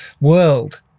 world